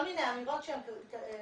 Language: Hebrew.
על עבירת מין או על כל עבירה שהיא